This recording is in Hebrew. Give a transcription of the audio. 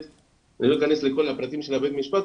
אני לא אכנס לכל הפרטים של בית המשפט,